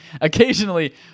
occasionally